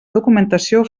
documentació